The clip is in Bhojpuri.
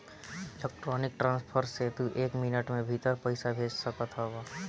इलेक्ट्रानिक ट्रांसफर से तू एक मिनट के भीतर पईसा भेज सकत हवअ